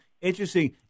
Interesting